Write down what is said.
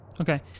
Okay